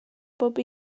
bob